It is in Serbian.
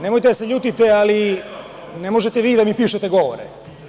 Nemojte da se ljutite, ali ne možete vi da mi pišete govore.